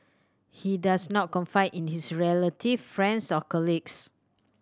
he does not confide in his relative friends or colleagues